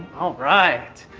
all right.